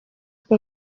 uko